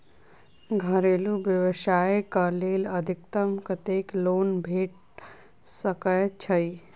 घरेलू व्यवसाय कऽ लेल अधिकतम कत्तेक लोन भेट सकय छई?